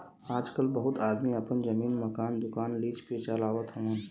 आजकल बहुत आदमी आपन जमीन, मकान, दुकान लीज पे चलावत हउअन